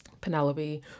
Penelope